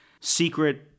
secret